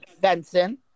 Benson